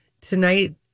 tonight